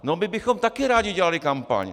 No my bychom taky rádi dělali kampaň.